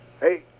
Hey